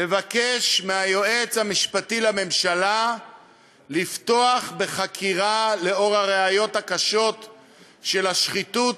לבקש מהיועץ המשפטי לממשלה לפתוח בחקירה נוכח הראיות הקשות לשחיתות